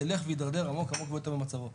ילך וידרדר עמוק עמוק יותר במצבו.